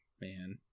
Man